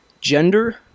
gender